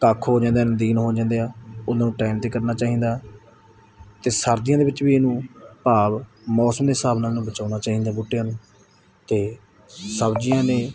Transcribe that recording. talk ਹੋ ਜਾਂਦੇ ਨਦੀਨ ਹੋ ਜਾਂਦੇ ਆ ਉਹਨਾਂ ਨੂੰ ਟਾਈਮ 'ਤੇ ਕੱਢਣਾ ਚਾਹੀਦਾ ਅਤੇ ਸਰਦੀਆਂ ਦੇ ਵਿੱਚ ਵੀ ਇਹਨੂੰ ਭਾਵ ਮੌਸਮ ਦੇ ਹਿਸਾਬ ਨਾਲ ਇਹਨੂੰ ਬਚਾਉਣਾ ਚਾਹੀਦਾ ਬੂਟਿਆਂ ਨੂੰ ਅਤੇ ਸਬਜ਼ੀਆਂ ਨੇ